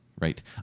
right